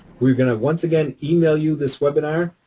we are going to, once again, email you this webinar.